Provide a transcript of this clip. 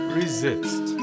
resist